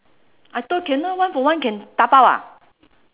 I thought cannot one for one can dabao ah